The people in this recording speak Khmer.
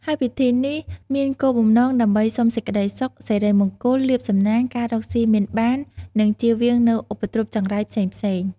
ហើយពិធីនេះមានគោលបំណងដើម្បីសុំសេចក្តីសុខ សិរីមង្គល លាភសំណាង ការរកស៊ីមានបាន និងចៀសវាងនូវឧបទ្រពចង្រៃផ្សេងៗ។